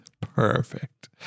Perfect